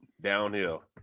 Downhill